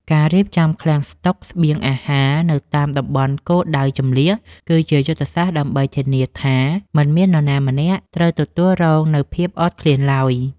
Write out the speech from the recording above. ការរៀបចំឃ្លាំងផ្ទុកស្បៀងអាហារនៅតាមតំបន់គោលដៅជម្លៀស គឺជាយុទ្ធសាស្ត្រដើម្បីធានាថាមិនមាននរណាម្នាក់ត្រូវទទួលរងនូវភាពអត់ឃ្លានឡើយ។